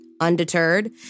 Undeterred